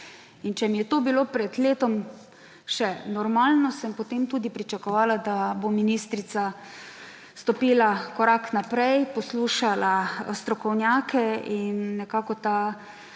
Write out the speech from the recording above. In če mi je to bilo pred letom še normalno, sem potem tudi pričakovala, da bo ministrica stopila korak naprej, poslušala strokovnjake in nekako ta